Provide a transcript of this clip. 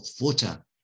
water